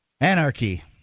anarchy